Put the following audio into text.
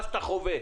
שאתה חווה.